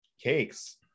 Cakes